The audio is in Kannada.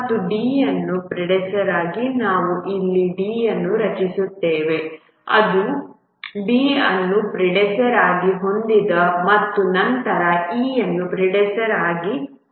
ಮತ್ತು D ಯನ್ನು ಪ್ರಿಡೆಸೆಸ್ಸರ್ ಆಗಿ ನಾವು ಇಲ್ಲಿ D ಅನ್ನು ರಚಿಸುತ್ತೇವೆ ಅದು B ಅನ್ನು ಪ್ರಿಡೆಸೆಸ್ಸರ್ ಆಗಿ ಹೊಂದಿದೆ ಮತ್ತು ನಂತರ E ಯನ್ನು ಪ್ರಿಡೆಸೆಸ್ಸರ್ ಆಗಿ ಹೊಂದಿದೆ